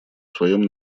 своем